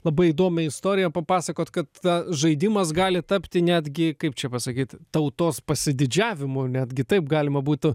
labai įdomią istoriją papasakot kad žaidimas gali tapti netgi kaip čia pasakyt tautos pasididžiavimu netgi taip galima būtų